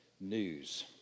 news